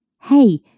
hey